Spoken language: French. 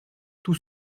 tout